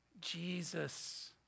Jesus